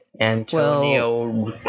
Antonio